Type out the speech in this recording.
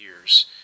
years